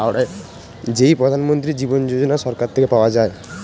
যেই প্রধান মন্ত্রী জীবন যোজনা সরকার থেকে পাওয়া যায়